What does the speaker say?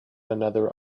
another